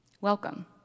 Welcome